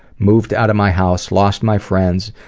moved out of my house, lost my friends,